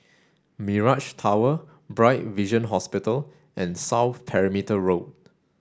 Mirage Tower Bright Vision Hospital and South Perimeter Road